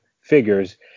figures